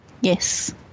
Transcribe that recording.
Yes